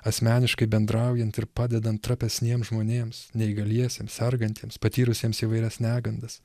asmeniškai bendraujant ir padedant trapesniems žmonėms neįgaliesiems sergantiems patyrusiems įvairias negandas